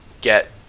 get